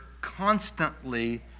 constantly